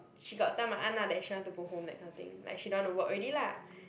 she got tell my aunt lah that she want to go home that kind of thing like she don't want to work already lah